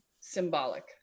symbolic